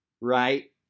right